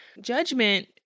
Judgment